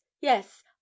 yes